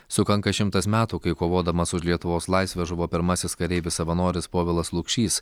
sukanka šimtas metų kai kovodamas už lietuvos laisvę žuvo pirmasis kareivis savanoris povilas lukšys